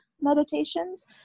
meditations